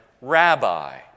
Rabbi